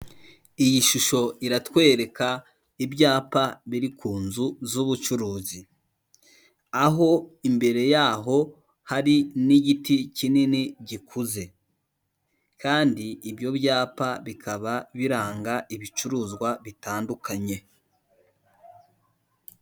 Iyi shusho iratwereka ibyapa biri ku nzu z'ubucuruzi, aho imbere yaho hari n'igiti kinini gikuze kandi ibyo byapa bikaba biranga ibicuruzwa bitandukanye.